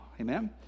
Amen